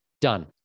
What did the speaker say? Done